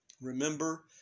Remember